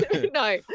No